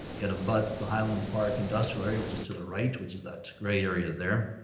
yet abuts the highland park industrial area which is to the right which is that gray area there.